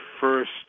first